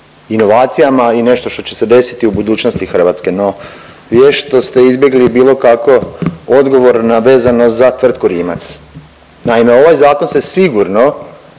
inovacijama i nešto što će se desiti u budućnosti Hrvatske, no vješto ste izbjegli bilo kakav odgovor vezano za tvrtku Rimac. Naime, ovaj zakon se sigurno